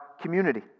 community